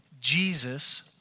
Jesus